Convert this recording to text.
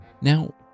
Now